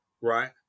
Right